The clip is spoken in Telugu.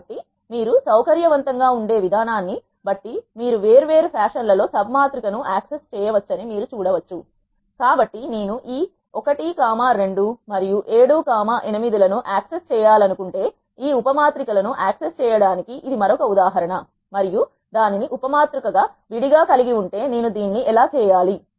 కాబట్టి మీరు సౌకర్యవంతంగా ఉండే విధానాన్ని బట్టి మీరు వేర్వేరు ఫ్యాషన్ లలో సబ్ మాతృక ను యాక్సెస్ చేయవచ్చని మీరు చూడవచ్చు కాబట్టి నేను ఈ 1 కామా 2 మరియు 7 కామా 8 లను యాక్సెస్ చేయాలనుకుంటే ఈ ఉప మాత్రిక ల ను యాక్సెస్ చేయడానికి ఇది మరొక ఉదాహరణ మరియు దానిని ఉప మాతృక గా విడిగా కలిగి ఉంటే నేను దీన్ని ఎలా చేయాలి